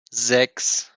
sechs